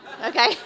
okay